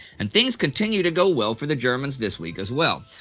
and things continue to go well for the germans this week as well.